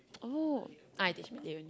oh ah I teach Malay only